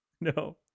No